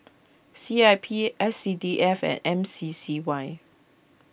C I P S C D F and M C C Y